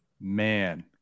man